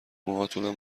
موهاتونم